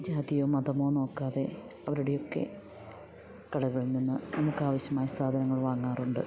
ജാതിയോ മതമോ നോക്കാതെ അവരുടെയൊക്കെ കടകളിൽ നിന്ന് നമുക്കാവശ്യമായ സാധനങ്ങൾ വാങ്ങാറുണ്ട്